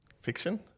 fiction